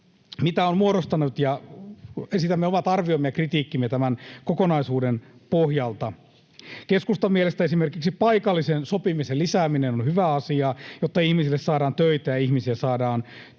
mikä on muodostunut, ja esitämme omat arviomme ja kritiikkimme tämän kokonaisuuden pohjalta. Keskustan mielestä esimerkiksi paikallisen sopimisen lisääminen on hyvä asia, jotta ihmisille saadaan töitä ja ihmisiä saadaan töihin.